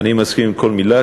אני מסכים עם כל מילה.